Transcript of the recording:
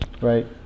right